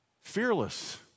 Fearless